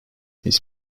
his